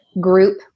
group